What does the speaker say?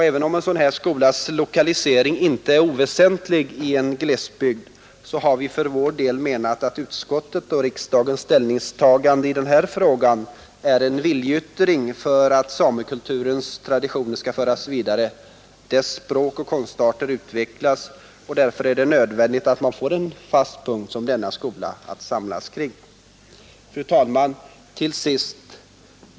Även om en sådan här skolas lokalisering inte är oväsentlig för en glesbygd, har vi nog för vår del menat att utskottets och riksdagens ställningstagande i denna fråga är en viljeyttring för att samekulturens traditioner skall föras vidare, dess språk och konstarter utvecklas, och att det därför är nödvändigt att man får en fast punkt som denna skola att samlas kring. Fru talman!